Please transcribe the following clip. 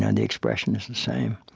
ah and expression is the same.